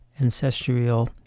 ancestral